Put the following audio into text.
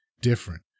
different